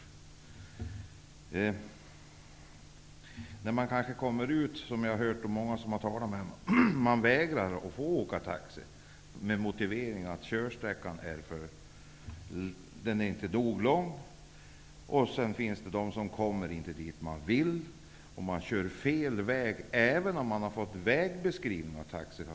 Många har talat med mig om detta och berättat att de blivit vägrade att åka taxi, med motiveringen att körsträckan inte är nog lång. En del människor har berättat att de inte kommit dit de önskat och att en del taxiförare kört fel trots att de fått vägbeskrivning.